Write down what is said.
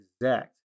exact